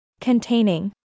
Containing